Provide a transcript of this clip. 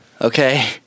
Okay